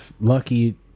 Lucky